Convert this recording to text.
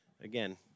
again